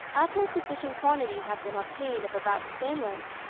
after a sufficient quantity have been obtained of about the same length,